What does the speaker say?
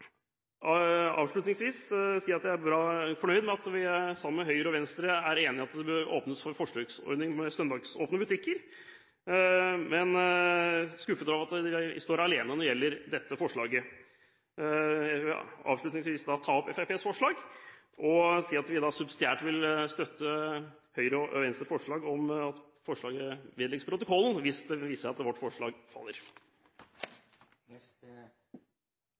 Jeg er fornøyd med at Fremskrittspartiet, Høyre og Venstre er enige i at det bør åpnes for en forsøksordning med søndagsåpne butikker, men skuffet over at vi står alene når det gjelder det andre forslaget. Jeg vil avslutningsvis ta opp Fremskrittspartiet forslag og si at vi subsidiert vil støtte Høyre og Venstres forslag – som er omdelt på representantenes plasser i salen – om at forslaget vedlegges protokollen, hvis det viser seg at vårt forslag faller.